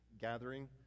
gathering